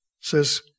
says